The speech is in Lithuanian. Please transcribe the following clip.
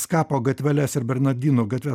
skapo gatveles ir bernardinų gatves